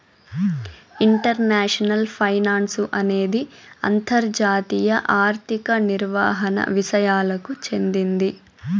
international finance అనేది అంతర్జాతీయ ఆర్థిక నిర్వహణ విసయాలకు చెందింది